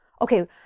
Okay